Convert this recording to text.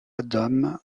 adam